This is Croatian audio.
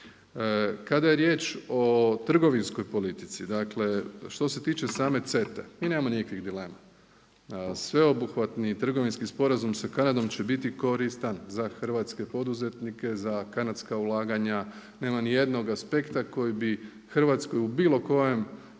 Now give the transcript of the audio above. Kada je riječ o trgovinskoj politici, dakle što se tiče same CETA-e i nema nikakvih dilema. Sveobuhvatni trgovinski sporazum sa Kanadom će biti koristan za hrvatske poduzetnike, za kanadska ulaganja. Nema nijednog aspekta koji bi za Hrvatsku u bilo kojem